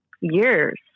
years